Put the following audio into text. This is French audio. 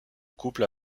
couples